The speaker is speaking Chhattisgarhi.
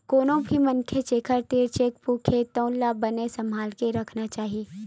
कोनो भी मनखे जेखर तीर चेकबूक हे तउन ला बने सम्हाल के राखना चाही